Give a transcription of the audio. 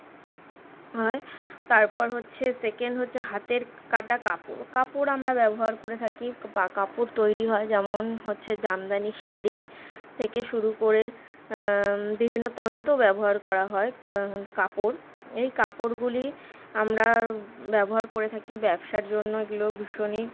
হয় তারপর হচ্ছে সেকেন্ড হচ্ছে হাতের কাটা কাপড় কাপড় আমরা ব্যবহার করে থাকি বা কাপড় তৈরি হয় যেমন হচ্ছে জামদানি শাড়ি থেকে শুরু করে বিভিন্ন তন্তু ব্যবহার করা হয় কাপড় এই কাপড়গুলি আমরা ব্যবহার করে থাকি ব্যবসার জন্য এগুলো ভীষণই